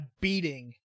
beating